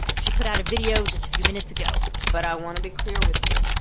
she put out a video just a few minutes ago but i want to be clear with you.